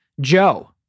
Joe